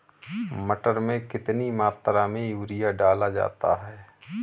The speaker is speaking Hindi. मटर में कितनी मात्रा में यूरिया डाला जाता है?